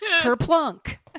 Kerplunk